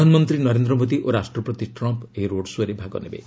ପ୍ରଧାନମନ୍ତ୍ରୀ ନରେନ୍ଦ୍ର ମୋଦୀ ଓ ରାଷ୍ଟ୍ରପତି ଟ୍ରମ୍ପ୍ ଏହି ରୋଡ୍ ଶୋ'ରେ ଭାଗ ନେବେ